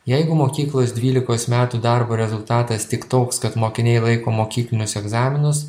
jeigu mokyklos dvylikos metų darbo rezultatas tik toks kad mokiniai laiko mokyklinius egzaminus